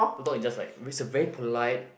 the dog is just like is a very polite